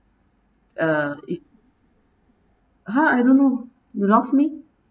uh it !huh! I don't know you lost me